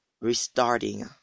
restarting